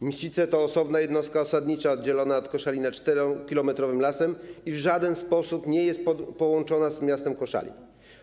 Mścice to osobna jednostka osadnicza oddzielona od Koszalina 4-kilometrowym lasem i w żaden sposób niepołączona z miastem Koszalinem.